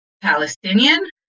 Palestinian